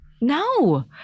No